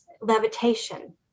levitation